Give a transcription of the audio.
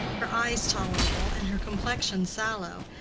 her eyes tolerable, and her complexion sallow,